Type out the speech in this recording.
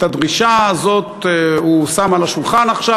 את הדרישה הזאת הוא שם על השולחן עכשיו,